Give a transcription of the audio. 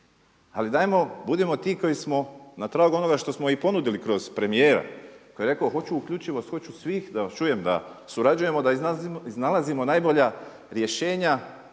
budimo ti koji smo na tragu onoga što smo i ponudili kroz premijera koji je rekao hoću uključivost, hoću svih da vas čujem da surađujemo da iznalazimo najbolja rješenja,